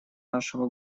нашего